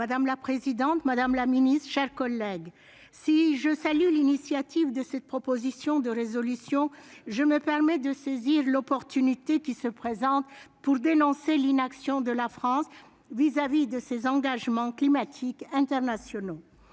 Madame la présidente, madame la secrétaire d'État, mes chers collègues, si je salue l'initiative de cette proposition de résolution, je me permets de saisir l'occasion qui se présente pour dénoncer l'inaction de la France à l'égard de ses engagements climatiques internationaux.